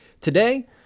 today